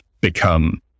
become